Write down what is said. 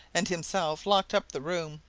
and himself locked up the room,